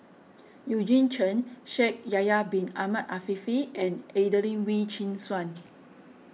Eugene Chen Shaikh Yahya Bin Ahmed Afifi and Adelene Wee Chin Suan